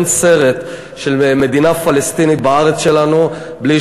אין סרט של מדינה פלסטינית בארץ שלנו בלי